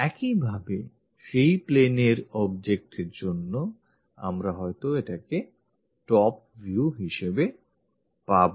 একইভাবে সেই planeএর object এর জন্য আমরা হয়তো এটাকে topviewহিসেবে পাবো